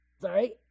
sorry